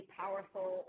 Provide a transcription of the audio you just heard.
powerful